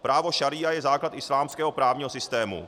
Právo šaría je základ islámského právního systému.